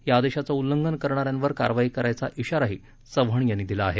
या आदेशाचं उल्लंघन करणाऱ्यांवर कारवाई करायचा इशाराही चव्हाण यांनी दिला आहे